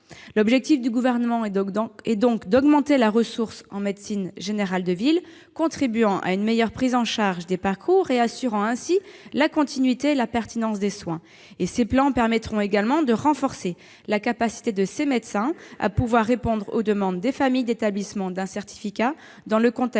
L'objectif du Gouvernement est d'augmenter la ressource en médecine générale de ville, contribuant ainsi à une meilleure prise en charge des parcours, ce qui permet d'assurer la continuité et la permanence des soins. Ces plans permettront également de renforcer la capacité des médecins à répondre aux demandes des familles visant à l'établissement d'un certificat dans le contexte